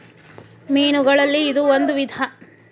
ಮೇನುಗಳಲ್ಲಿ ಇದು ಒಂದ ವಿಧಾ